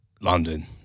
London